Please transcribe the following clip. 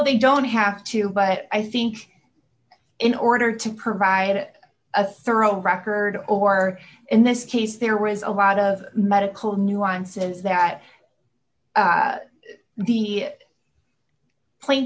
they don't have to but i think in order to provide a thorough record or in this case there was a lot of medical nuances that the